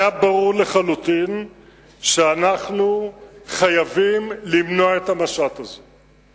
היה ברור לחלוטין שאנחנו חייבים למנוע את המשט הזה.